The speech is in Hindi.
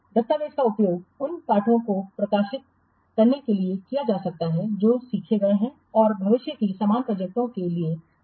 दस्तावेज़ का उपयोग उन पाठों को प्रसारित करने के लिए किया जा सकता है जो सीखे गए हैं और भविष्य की समान प्रोजेक्टओं के लिए संदर्भ के रूप में काम करते हैं